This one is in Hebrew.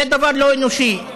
זה דבר לא אנושי.